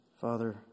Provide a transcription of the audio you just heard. Father